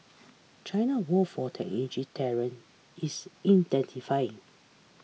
China war for technology talent is intensifying